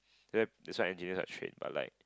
there that's why engineers are strict but like